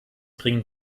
bringen